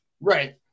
right